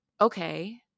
okay